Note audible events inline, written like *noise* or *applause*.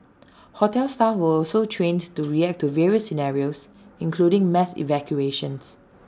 hotel staff were also trained to *noise* react to various scenarios including mass evacuations